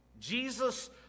Jesus